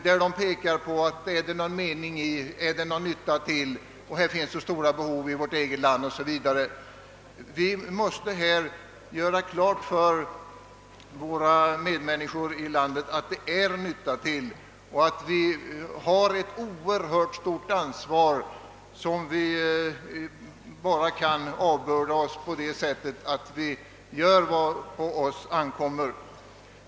De begagnar sig av fraser som: »Är det någon me ning i att hjälpa?» eller »Äär det motiverat hjälpa andra när det finns så stora behov i vårt eget land?» Vi måste göra klart för våra medmänniskor här i landet att det är till nytta och att vi har ett oerhört stort ansvar, som vi bara kan avbörda oss genom att göra vad på oss ankommer.